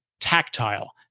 tactile